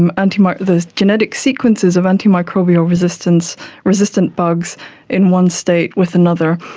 and and um the genetic sequences of antimicrobial resistant resistant bugs in one state with another,